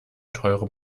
teure